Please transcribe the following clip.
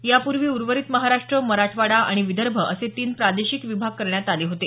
यापूर्वी उर्वरित महाराष्ट्र मराठवाडा आणि विदर्भ असे तीन प्रादेशिक विभाग करण्यात आले होते